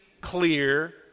clear